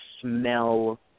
smell